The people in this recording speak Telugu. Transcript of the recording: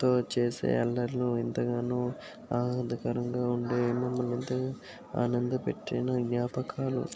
తో చేసే అల్లర్లు ఎంతగానో ఆనందకరంగా ఉండేవి మమ్మల్ని ఎంతగా ఆనంద పెట్టిన జ్ఞాపకాలు